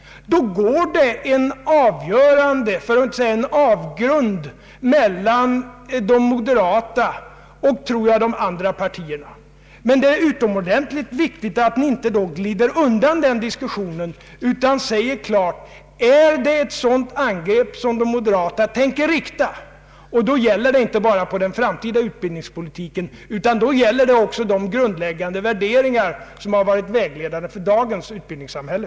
Då går det en stor klyfta, för att inte säga en avgrund, mellan de moderata och tror jag de andra partierna. Det är utomordentligt viktigt att man inte glider undan i den diskussionen utan klart säger ifrån att det är detta angrepp som de moderata tänker rikta mot regeringens utbildningspolitik. Då gäller det inte bara den framtida utbildningspolitiken, utan också de grundläggande värderingar som varit vägledande för dagens utbildningssamhälle.